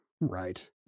Right